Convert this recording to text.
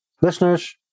Listeners